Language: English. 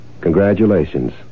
congratulations